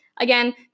Again